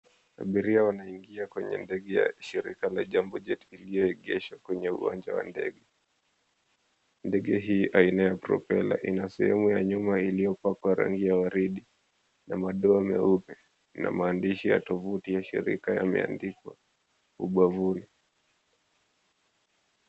Abiria wanaingia kwenye ndege ya shirika la Jambo Jet iliyoegeshwa kwenye uwanja wa ndege. Ndege hii aina ya propelar ina na sehemu ya nyuma iliyopakwa rangi ya waridi na madoa meupe na maandishi ya tovuti ya shirika yameandikwa ubavuni.